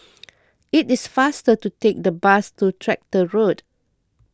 it is faster to take the bus to Tractor Road